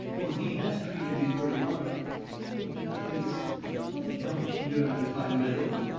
fur he has treated me purty white. and then i thinks i'll be gosh-derned if i meddle.